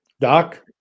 Doc